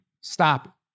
Stop